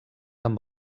amb